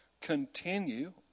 continue